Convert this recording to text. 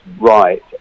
right